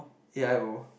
A I O